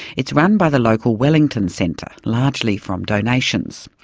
it's run by the local wellington centre, largely from donations.